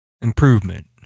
improvement